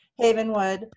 Havenwood